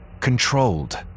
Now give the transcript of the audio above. controlled